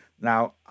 Now